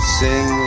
sing